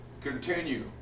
continue